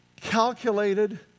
calculated